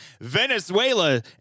Venezuela